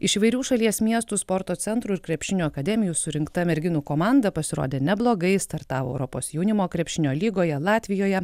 iš įvairių šalies miestų sporto centrų ir krepšinio akademijų surinkta merginų komanda pasirodė neblogai startavo europos jaunimo krepšinio lygoje latvijoje